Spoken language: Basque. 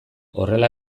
horrela